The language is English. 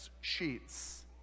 sheets